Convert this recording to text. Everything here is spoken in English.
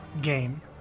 game